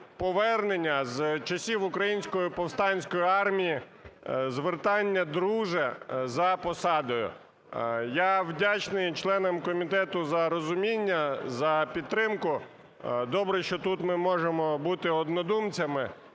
повернення з часів Української повстанської армії звертання "друже" за посадою. Я вдячний членам комітету за розуміння, за підтримку. Добре, що тут ми можемо бути однодумцями,